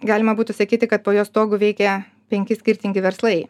galima būtų sakyti kad po jos stogu veikia penki skirtingi verslai